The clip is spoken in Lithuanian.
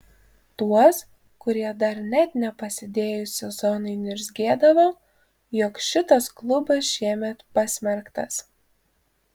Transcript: tuos kurie dar net nepasidėjus sezonui niurzgėdavo jog šitas klubas šiemet pasmerktas